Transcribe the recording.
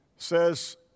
says